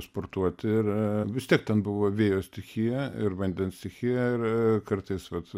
sportuoti ir vis tiek ten buvo vėjo stichija ir vandens stichija ir kartais vat